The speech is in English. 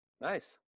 Nice